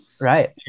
Right